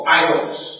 idols